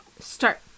start